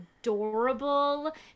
adorable